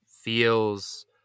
feels